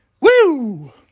Woo